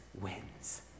wins